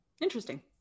Interesting